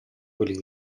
quelli